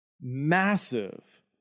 massive